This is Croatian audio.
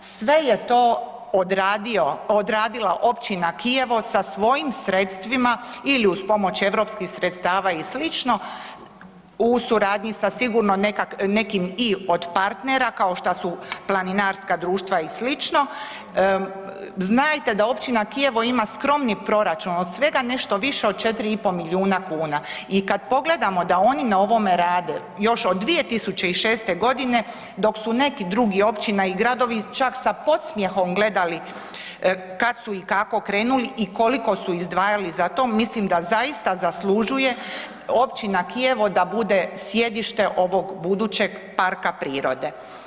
Sve je to odradila općina Kijevo sa svojim sredstvima ili uz pomoć europskih sredstava i slično u suradnji sa sigurno i nekim i od partnera kao šta su planinarska društva i sl., znajte da općina Kijemo ima skromni proračun od svega nešto više od 4,5 milijuna kuna i kad pogledamo da oni na ovome rade još od 2006. godine dok su neki drugi općina i gradovi čak sa podsmjehom gledali kad su i kako krenuli i koliko su izdvajali za to, mislim da zaista zaslužuje općina Kijevo da bude sjedište ovog budućeg parka prirode.